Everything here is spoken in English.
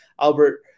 Albert